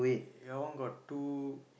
your one got two